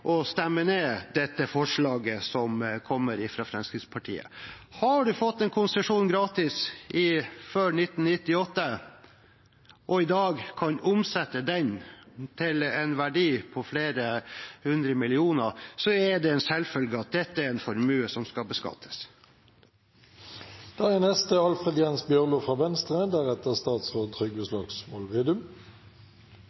og stemme ned dette forslaget som kommer fra Fremskrittspartiet. Har man fått en konsesjon gratis før 1998 og i dag kan omsette den til en verdi på flere hundre millioner kroner, er det en selvfølge at det er en formue som skal beskattes. Det er